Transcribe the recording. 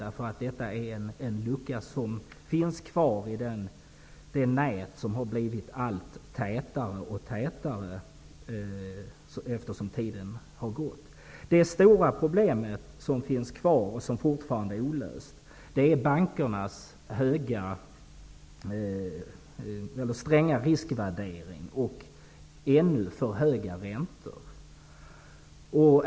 Här finns nämligen fortfarande en lucka i det nät som blivit allt tätare allteftersom tiden gått. Det stora problemet finns kvar och är fortfarande olöst. Det gäller då bankernas stränga riskvärdering och fortfarande alltför höga räntor.